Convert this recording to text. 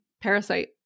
parasite